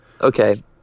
Okay